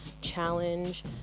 challenge